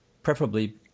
Preferably